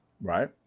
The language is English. right